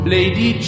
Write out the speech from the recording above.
Lady